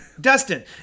Dustin